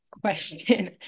question